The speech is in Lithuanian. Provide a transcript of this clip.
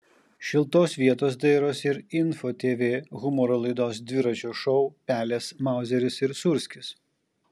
šiltos vietos dairosi ir info tv humoro laidos dviračio šou pelės mauzeris ir sūrskis